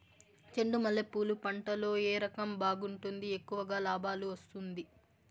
చెండు మల్లె పూలు పంట లో ఏ రకం బాగుంటుంది, ఎక్కువగా లాభాలు వస్తుంది?